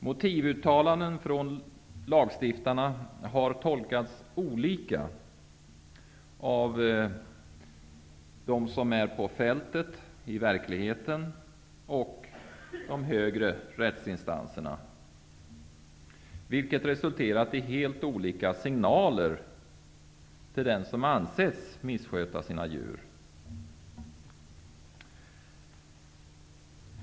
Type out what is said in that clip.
Motivuttalanden från lagstiftarna har tolkats olika av dem som är ute på fältet, i verkligheten, och de högre rättsinstanserna, vilket resulterat i helt olika signaler till den som ansetts missköta sina djur.